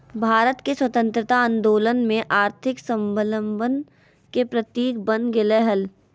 भारत के स्वतंत्रता आंदोलन में आर्थिक स्वाबलंबन के प्रतीक बन गेलय हल